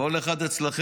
כל אחד אצלכם,